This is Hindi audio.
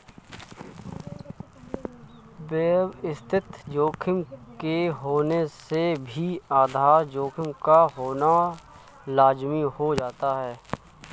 व्यवस्थित जोखिम के होने से भी आधार जोखिम का होना लाज़मी हो जाता है